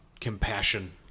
compassion